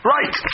Right